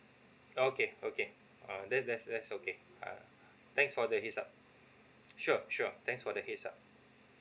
okay okay uh that that's that's okay ah thanks for the heads up sure sure thanks for the heads up